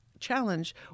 Challenge